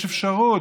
יש אפשרות,